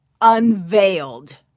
unveiled